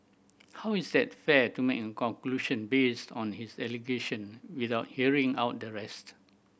how is that fair to make a conclusion based on his allegation without hearing out the rest